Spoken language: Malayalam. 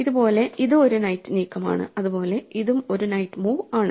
അതുപോലെ ഇത് ഒരു നൈറ്റ് നീക്കമാണ് അതുപോലെ ഇതും ഒരു നൈറ്റ് മൂവ് ആണ്